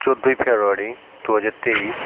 চৌদ্দই ফেব্রুয়ারি দু হাজার তেইশ